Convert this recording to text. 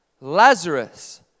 Lazarus